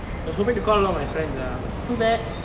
I was hoping to call all my friends lah but too bad